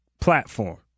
platform